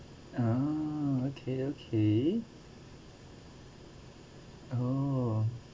ah okay okay oh